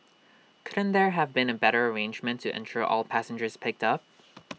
couldn't there have been A better arrangement to ensure all passengers picked up